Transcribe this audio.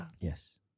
Yes